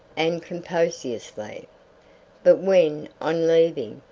and copiously. but when, on leaving,